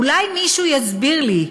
אולי מישהו יסביר לי,